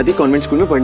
and convent schools